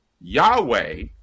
Yahweh